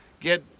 get